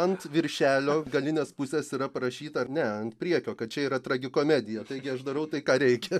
ant viršelio galinės pusės yra parašyta a ne ant priekio kad čia yra tragikomedija taigi aš darau tai ką reikia